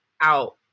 out